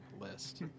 list